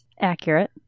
Accurate